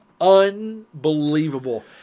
Unbelievable